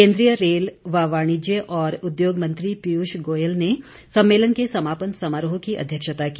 केंद्रीय रेल व वाणिज्य और उद्योग मंत्री पीयूष गोयल ने सम्मेलन के समापन समारोह की अध्यक्षता की